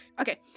Okay